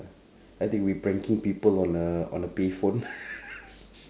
I think we pranking people on a on a payphone